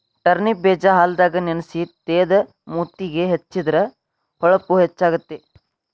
turnip ಬೇಜಾ ಹಾಲದಾಗ ನೆನಸಿ ತೇದ ಮೂತಿಗೆ ಹೆಚ್ಚಿದ್ರ ಹೊಳಪು ಹೆಚ್ಚಕೈತಿ